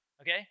Okay